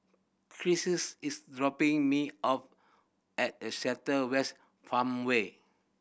Crissie is dropping me off at the Seletar West Farmway